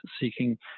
seeking